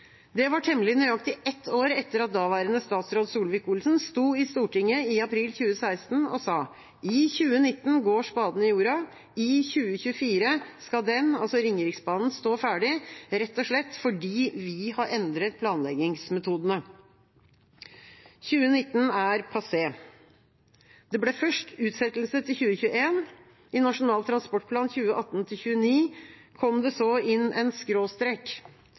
Det var temmelig nøyaktig ett år etter at daværende statsråd Solvik-Olsen i april 2016 sto i Stortinget og sa: «I 2019 går spaden i jorda, i 2024 skal den» – altså Ringeriksbanen – «stå ferdig, rett og slett fordi vi har endret planleggingsmetodene.» 2019 er passert. Det ble først utsettelse til 2021. I Nasjonal transportplan for 2018–2029 kom det så inn en skråstrek: